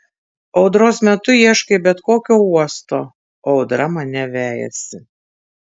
audros metu ieškai bet kokio uosto o audra mane vejasi